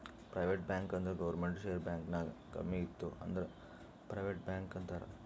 private bank ಅಂದುರ್ ಗೌರ್ಮೆಂಟ್ದು share bank ನಾಗ್ ಕಮ್ಮಿ ಇತ್ತು ಅಂದುರ್ ಪ್ರೈವೇಟ್ ಬ್ಯಾಂಕ್ ಅಂತಾರ್